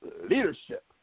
Leadership